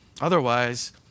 Otherwise